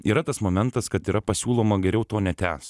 yra tas momentas kad yra pasiūloma geriau to netęst